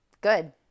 Good